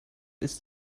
ist